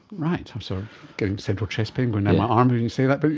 right. i'm so getting central chest pain going and my arm when you say that! but